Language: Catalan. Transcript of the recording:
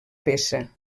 peça